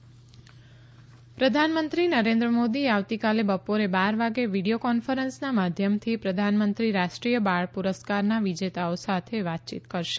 પ્રધાનમંત્રી પુરસ્કાર પ્રધાનમંત્રી નરેન્દ્ર મોદી આવતીકાલે બપોરે બાર વાગે વીડીયો કોન્ફરન્સના માધ્યમથી પ્રધાનમંત્રી રાષ્ટ્રીય બાળ પુરસ્કારના વિજેતાઓ સાથે વાતયીત કરશે